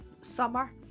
summer